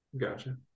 Gotcha